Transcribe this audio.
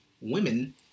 women